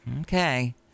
okay